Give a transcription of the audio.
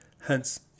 Hence